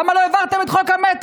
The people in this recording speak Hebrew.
למה לא העברתם את חוק המטרו?